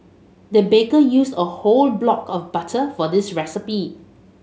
the baker used a whole block of butter for this recipe